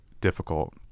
difficult